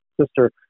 sister